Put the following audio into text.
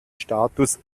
status